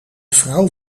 vrouw